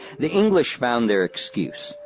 the english found their excuse,